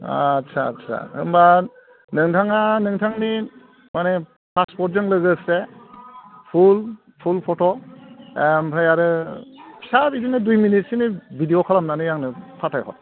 आच्चा आच्चा होमबा नोंथाङा नोंथांनि माने पासपर्टजों लोगोसे फुल फुल फट' ओमफ्राय आरो फिसा बिदिनो दुइ मिनिटसोनि भिदिअ खालामनानै आंनो फाथायहर